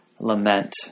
Lament